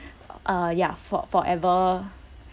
ah ya for forever